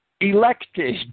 elected